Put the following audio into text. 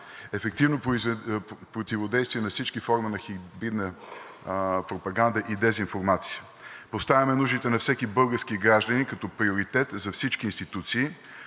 ефективно противодействие на всички форми на хибридна пропаганда и дезинформация. Поставяме нуждите на всеки български гражданин като приоритет за всички институции,